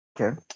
Okay